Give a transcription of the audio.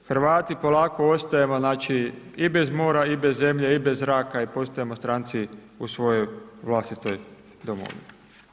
A mi Hrvati polako ostajemo znači i bez mora i bez zemlje i bez zraka i postajemo stranci u svojoj vlastitoj domovini.